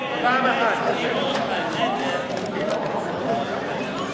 הצעת סיעת קדימה להביע אי-אמון בממשלה